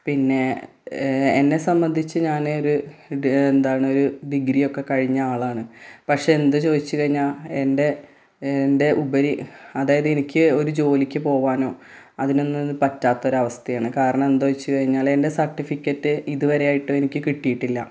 പിന്നെ എന്നെ സംബന്ധിച്ച് ഞാൻ ഒരു എന്താണ് ഒരു ഡിഗ്രി ഒക്കെ കഴിഞ്ഞ ആളാണ് പക്ഷേ എന്തു ചോദിച്ചു കഴിഞ്ഞാൽ എൻ്റെ എൻ്റെ ഉപരി അതായത് എനിക്ക് ഒരു ജോലിക്ക് പോകാനോ അതിനൊന്നും പറ്റാത്ത ഒരവസ്ഥയാണ് കാരണം എന്താ വെച്ചു കഴിഞ്ഞാൽ എന്റെ സർട്ടിഫിക്കറ്റ് ഇതുവരെയായിട്ടും എനിക്ക് കിട്ടിയിട്ടില്ല